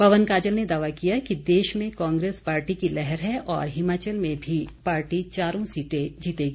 पवन काजल ने दावा किया कि देश में कांग्रेस पार्टी की लहर है और हिमाचल में भी पार्टी चारों सीटें जीतेगी